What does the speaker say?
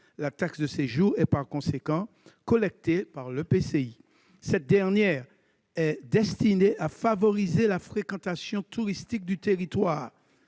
la taxe de séjour est par conséquent collectée par l'EPCI. Cette dernière est destinée « à favoriser la fréquentation touristique du territoire